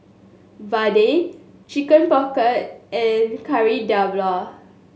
vadai Chicken Pocket and Kari Debal